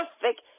perfect